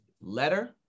Letter